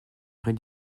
vraie